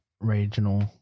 regional